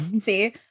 See